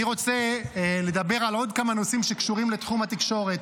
אני רוצה לדבר על עוד כמה נושאים שקשורים לתחום התקשורת,